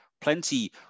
plenty